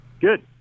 Good